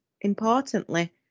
importantly